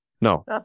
No